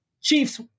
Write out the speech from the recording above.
Chiefs